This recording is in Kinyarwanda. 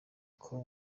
com